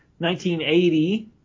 1980